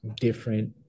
different